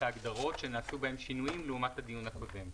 ההגדרות שנעשו בהם שינויים לעומת הדיון הקודם.